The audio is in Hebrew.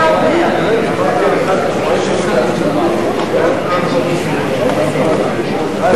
סעיפים 52 67, כהצעת הוועדה, נתקבלו.